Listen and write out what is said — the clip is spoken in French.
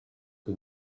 que